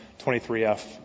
23F